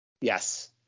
Yes